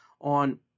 on